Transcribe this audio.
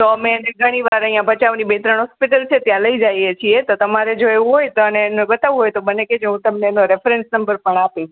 તો અમે ઘણી વાર અહીંયા ભચાઉની બે ત્રણ હોસ્પિટલ છે ત્યાં લઈ જઈએ છીએ તો તમારે જો એવું હોય અને એને બતાવવું હોય તો મને કે જો હું એનો રેફરન્સ નંબર પણ આપીશ